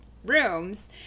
rooms